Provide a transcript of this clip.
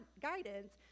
guidance